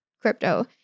crypto